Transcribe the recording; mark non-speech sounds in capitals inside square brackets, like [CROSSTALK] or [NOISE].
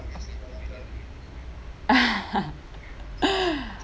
[LAUGHS]